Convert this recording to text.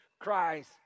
Christ